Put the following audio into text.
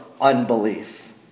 unbelief